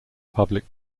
public